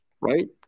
Right